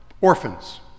orphans